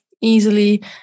easily